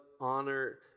honor